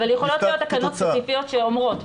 אבל יכולות להיות תקנות ספציפיות שאומרות: